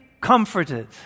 comforted